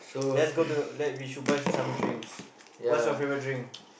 let's go to let we should buy some drinks what's your favourite drink